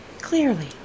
Clearly